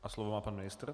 A slovo má pan ministr.